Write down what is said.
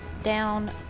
down